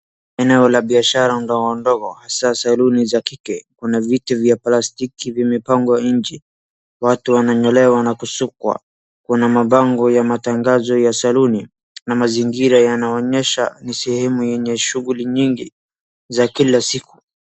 Eneo la biashara ndogondogo hasa saluni za kike kuna viti vya plastiki vimepangwa nje. Watu wana nyolewa na kusukwa kuna mabango ya matangazo ya saluni na mazingira yanaonyesha ni sehemu yenye shuguli nyingi za kila siku.